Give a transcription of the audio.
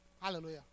Hallelujah